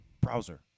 browser